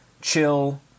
chill